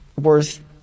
worth